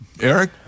Eric